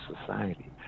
society